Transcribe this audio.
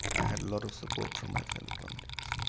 i had a lot of support from my fellow convicts.